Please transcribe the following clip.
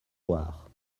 loire